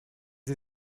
sie